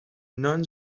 non